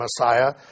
Messiah